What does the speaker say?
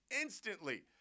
instantly